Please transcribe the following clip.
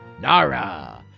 Nara